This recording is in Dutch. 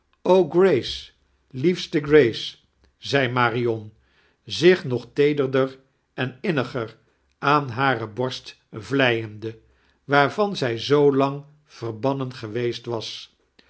grace liefste grace zei marion zich nog teederder en inniger aan harei borst vlijende waarvan zij lang verbannen geweest was